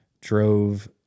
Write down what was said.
drove